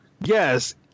Yes